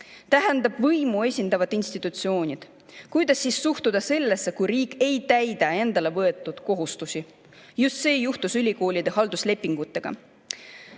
tähendab võimu esindavad institutsioonid. Kuidas siis suhtuda sellesse, kui riik ei täida endale võetud kohustusi? Just see juhtus ülikoolide halduslepingutega.